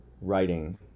writing